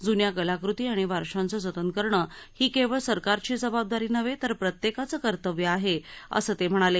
जून्या कलाकृती आणि वारशांचं जतन करणं ही केवळ सरकारची जबाबदारी नव्हे तर प्रत्येकाचं कर्तव्य आहे असं ते म्हणाले